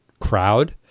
crowd